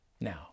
Now